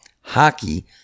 hockey